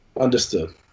Understood